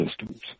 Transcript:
systems